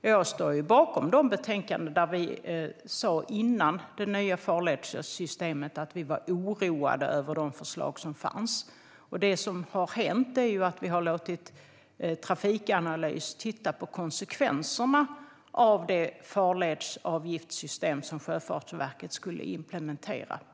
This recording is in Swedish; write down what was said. Jag står bakom de betänkanden där vi inför det nya farledssystemet sa att vi var oroade över de förslag som fanns. Det som har hänt är ju att vi har låtit Trafikanalys titta på konsekvenserna av det farledsavgiftssystem som Sjöfartsverket skulle implementera.